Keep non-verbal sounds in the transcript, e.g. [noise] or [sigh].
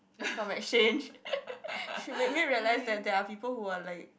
from exchange [laughs] she made me realise that there are people who are like